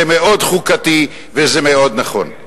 זה מאוד חוקתי וזה מאוד נכון.